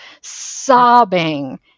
sobbing